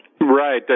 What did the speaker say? Right